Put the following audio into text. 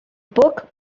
book